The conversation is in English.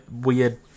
weird